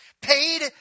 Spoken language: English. paid